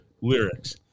lyrics